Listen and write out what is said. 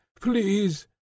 please